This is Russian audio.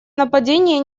нападения